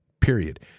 period